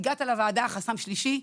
חסם שלישי.